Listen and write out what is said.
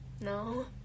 no